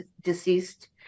deceased